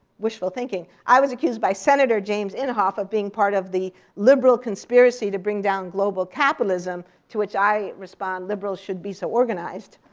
wishful thinking. i was accused by senator james inhofe of being part of the liberal conspiracy to bring down global capitalism, to which i respond, liberals should be so organized.